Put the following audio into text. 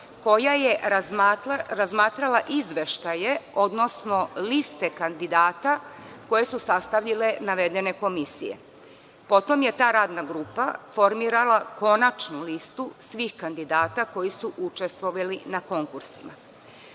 koja je razmatrala izveštaje, odnosno liste kandidata koje su sastavile navedene komisije. Potom je ta radna grupa formirala konačnu listu svih kandidata koji su učestvovali na konkursima.